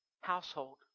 household